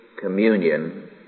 communion